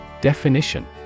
Definition